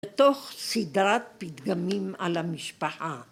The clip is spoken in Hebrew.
‫בתוך סדרת פתגמים על המשפחה.